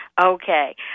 Okay